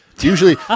Usually